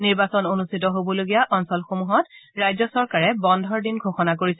নিৰ্বাচন অনুষ্ঠিত হবলগীয়া অঞ্চলসমূহত ৰাজ্য চৰকাৰে বন্ধৰ দিন ঘোষণা কৰিছে